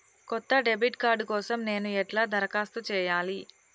కొత్త debit card కోసం నేను ఎట్లా దరఖాస్తు చేయాలి?